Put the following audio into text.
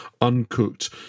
uncooked